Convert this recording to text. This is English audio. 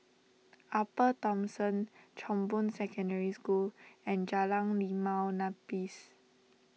Upper Thomson Chong Boon Secondary School and Jalan Limau Nipis